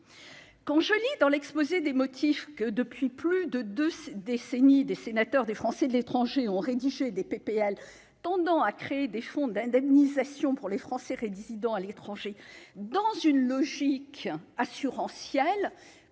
Ainsi, l'exposé des motifs indique que, depuis plus de deux décennies, des sénateurs des Français de l'étranger ont rédigé des propositions de loi tendant à créer des fonds d'indemnisation pour les Français résidants à l'étranger dans une logique assurantielle.